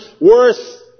worth